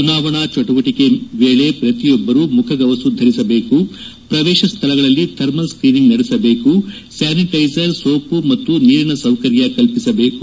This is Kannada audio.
ಚುನಾವಣಾ ಚಟುವಟಿಕೆ ವೇಳೆ ಪ್ರತಿಯೊಬ್ಬರು ಮುಖಗವಸು ಧರಿಸಬೇಕು ಪ್ರವೇಶ ಸ್ದಳಗಳಲ್ಲಿ ಥರ್ಮಲ್ ಸ್ಕೀನಿಂಗ್ ನಡೆಸಬೇಕು ಸ್ಯಾನಿಟೈಸರ್ ಸೋಪು ಮತ್ತು ನೀರಿನ ಸೌಕರ್ಯ ಕಲ್ಪಿಸಬೇಕು